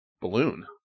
balloon